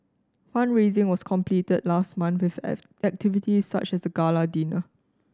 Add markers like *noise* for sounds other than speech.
fund raising was completed last month with *unintelligible* activities such as a gala dinner